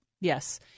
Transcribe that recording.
Yes